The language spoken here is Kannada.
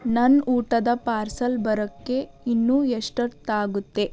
ನನ್ನ ಊಟದ ಪಾರ್ಸಲ್ ಬರೋಕ್ಕೆ ಇನ್ನೂ ಎಷ್ಟೊತ್ತಾಗುತ್ತೆ